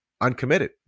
uncommitted